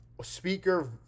Speaker